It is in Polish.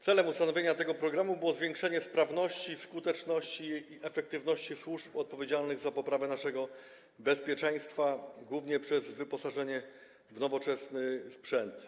Celem ustanowienia tego programu było zwiększenie sprawności, skuteczności i efektywności służb odpowiedzialnych za poprawę naszego bezpieczeństwa, głównie przez wyposażenie ich w nowoczesny sprzęt.